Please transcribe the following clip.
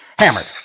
hammered